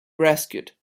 rescued